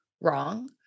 wrong